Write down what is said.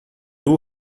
two